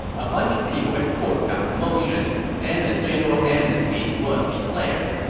a bunch of people at court got promotions, and a general amnesty was declared.